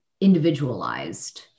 individualized